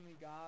God